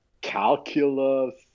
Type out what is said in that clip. calculus